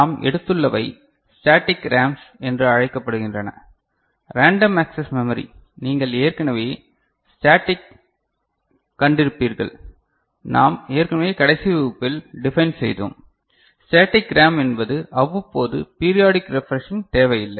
நாம் எடுத்துள்ளவை static RAMs என்று அழைக்கப்படுகின்றன ரேண்டம் அக்சஸ் மெமரி நீங்கள் ஏற்கனவே ஸ்டேடிக் கண்டிருக்கிறீர்கள் நாம் ஏற்கனவே கடைசி வகுப்பில் டிஃபைன் செய்தோம் ஸ்டேடிக் ரேம் என்பது அவ்வப்போது பீரியாடிக் ரெஃப்ரெஷிங் தேவையில்லை